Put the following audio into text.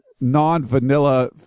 non-vanilla